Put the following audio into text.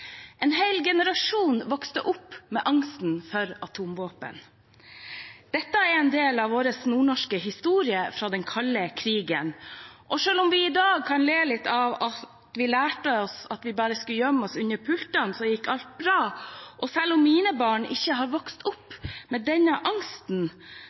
En hel generasjon vokste opp med angsten for atomvåpen. Dette er en del av vår nordnorske historie fra den kalde krigen. Selv om vi i dag kan le litt av at vi lærte at bare vi gjemte oss under pultene, ville alt gå bra, og selv om mine barn ikke har vokst